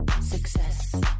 success